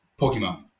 Pokemon